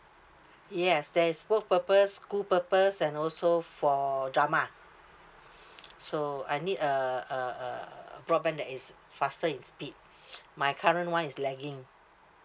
yes there is work purpose school purpose and also for drama so I need a a a a broadband that is faster in speed my current one is lagging